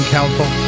Council